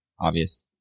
obvious